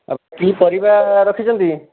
ଆଉ କି ପରିବା ରଖିଛନ୍ତି